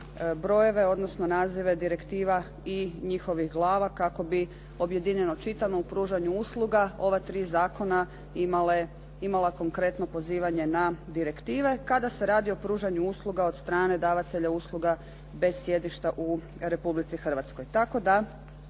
brojeve, odnosno nazive direktiva i njihovih glava kako bi objedinjeno čitano u pružanju usluga ova tri zakona imale konkretno pozivanje na direktive kada se radi o pružanju usluga od strane davatelja usluga bez sjedišta u Republici Hrvatskoj.